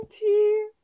tea